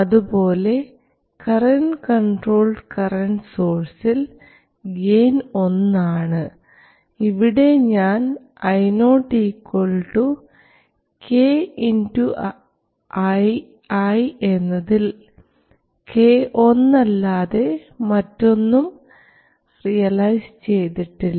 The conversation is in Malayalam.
അതുപോലെ കറൻറ് കൺട്രോൾഡ് കറൻറ് സോഴ്സിൽ ഗെയിൻ 1 ആണ് ഇവിടെ ഞാൻ Io k ii എന്നതിൽ k ഒന്ന് അല്ലാതെ മറ്റൊന്നും റിയലൈസ് ചെയ്തിട്ടില്ല